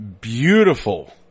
beautiful